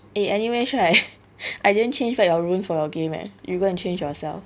eh anyways right I didn't change back your runes for your game eh you go change yourself